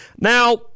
Now